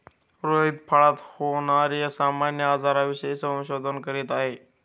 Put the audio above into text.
रोहित फळात होणार्या सामान्य आजारांविषयी संशोधन करीत आहे